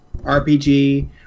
RPG